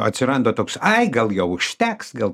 atsiranda toks ai gal jau užteks gal